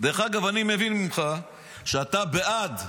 דרך אגב, אני מבין ממך שאתה בעד.